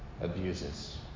abuses